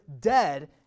dead